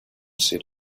set